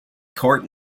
court